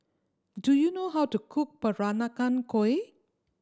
do you know how to cook Peranakan Kueh